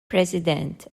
president